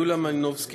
יוליה מלינובסקי,